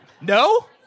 No